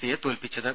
സിയെ തോൽപ്പിച്ചത്